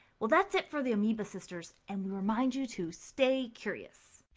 well that's it for the amoeba sisters, and we remind you to stay curious.